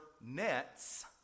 nets